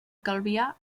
calvià